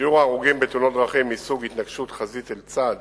שיעור ההרוגים בתאונות דרכים מסוג התנגשות חזית אל צד